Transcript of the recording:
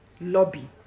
lobby